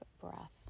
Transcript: breath